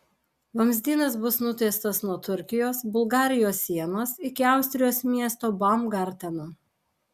vamzdynas bus nutiestas nuo turkijos bulgarijos sienos iki austrijos miesto baumgarteno